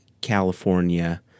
California